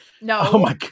No